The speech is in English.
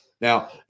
Now